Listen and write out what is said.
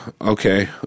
okay